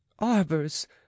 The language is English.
arbors